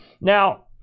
Now